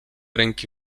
ręki